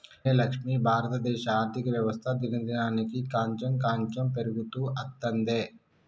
అవునే లక్ష్మి భారతదేశ ఆర్థిక వ్యవస్థ దినదినానికి కాంచెం కాంచెం పెరుగుతూ అత్తందే